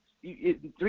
three